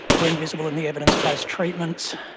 we are invisible in the evidence-based treatments,